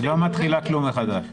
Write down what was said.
היא לא מתחילה כלום מחדש.